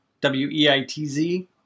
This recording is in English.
W-E-I-T-Z